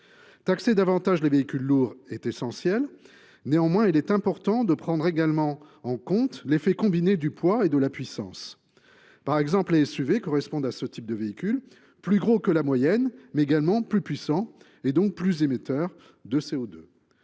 Taxer davantage les véhicules lourds est essentiel. Néanmoins, il est important de prendre également en compte l’effet combiné du poids et de la puissance. Par exemple, les SUV correspondent à ce type de véhicules : plus gros que la moyenne, mais également plus puissants et donc plus émetteurs de CO2.